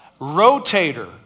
rotator